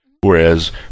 whereas